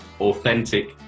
authentic